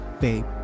babe